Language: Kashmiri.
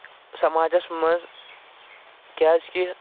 سَماجس منٛز کیازِ کہِ